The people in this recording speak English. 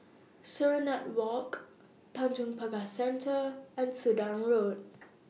Serenade Walk Tanjong Pagar Centre and Sudan Road